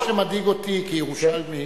מה שמדאיג אותי כירושלמי,